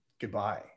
goodbye